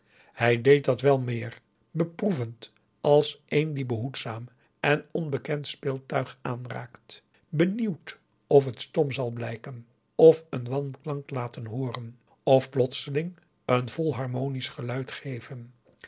hij deed dat wel meer beproevend als een die behoedzaam een onbekend augusta de wit orpheus in de dessa speeltuig aanraakt benieuwd of het stom zal blijken of een wanklank laten hooren of plotseling een vol harmonisch geluid geven